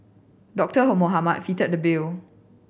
Doctor Mohamed fitted the bill